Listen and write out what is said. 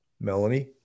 Melanie